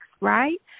right